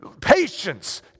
patience